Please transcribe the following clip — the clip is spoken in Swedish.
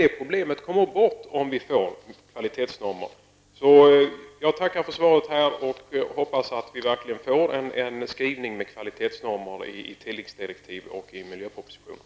Det problemet försvinner om vi får kvalitetsnormer. Jag tackar för svaret och hoppas att vi verkligen får en skrivning med kvalitetsnormer i tilläggsdirektiv och i miljöpropositionen.